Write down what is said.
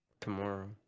tomorrow